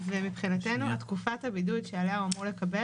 ומבחינתנו תקופת הבידוד שעבורה הוא אמור לקבל,